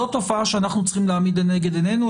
זו תופעה שאנחנו צריכים לעמיד לנגד עינינו.